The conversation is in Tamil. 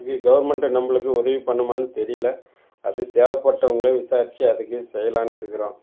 இது கவர்மெண்ட்டு நம்மளுக்கு உதவி பண்ணுமான்னு தெரியலை அது தேவைப்பட்டவங்கள விசாரித்து அதுக்கு செய்யலாம்ன்னு இருக்கிறோம்